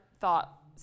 thought